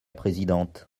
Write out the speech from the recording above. présidente